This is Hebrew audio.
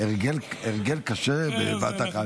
הרגל קשה בבת אחת,